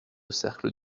cercle